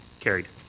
carried.